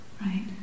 Right